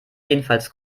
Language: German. jedenfalls